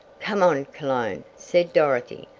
come on, cologne, said dorothy.